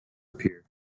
appear